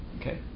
Okay